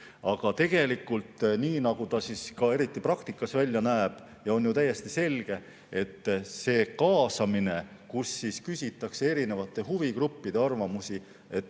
aga tegelikult, nii nagu see ka praktikas välja näeb, on täiesti selge, et see kaasamine, kus küsitakse erinevate huvigruppide arvamusi, on